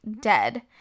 dead